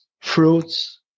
fruits